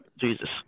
Jesus